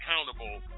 accountable